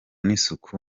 n’isuku